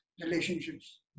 relationships